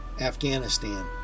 Afghanistan